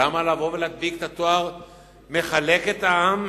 למה לבוא ולהדביק את התואר מחלק את העם,